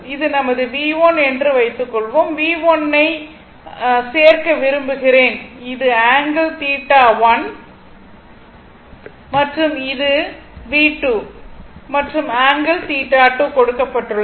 இது நமது V1 என்று வைத்துக்கொள்வோம் V1 ஐ சேர்க்க விரும்புகிறேன் இது ஆங்கிள் θ1 மற்றும் இது V2 மற்றும் ஆங்கிள் θ2 கொடுக்கப்பட்டுள்ளது